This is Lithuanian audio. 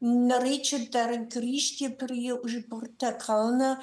norėčiau dar grįžti prie užburtą kalną